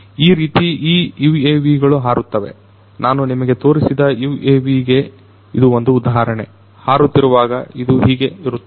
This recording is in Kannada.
ಈ ರೀತಿ ಈ UAV ಗಳು ಹಾರುತ್ತವೆ ನಾನು ನಿಮಗೆ ತೋರಿಸಿದ UAVಗೆ ಇದು ಒಂದು ಉದಾಹರಣೆ ಹಾರುತ್ತಿರುವಾಗ ಇದು ಹೀಗೆ ಇರುತ್ತದೆ